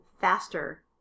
faster